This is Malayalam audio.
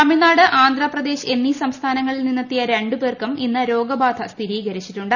തമിഴ്നാട് ആന്ധ്രാപ്രദേശ് എന്നീ സംസ്ഥാനങ്ങളിൽ നിന്നെത്തിയ രണ്ടുപേർക്കും ഇന്ന് രോഗബാധ സ്ഥിരീകരിച്ചിട്ടുണ്ട്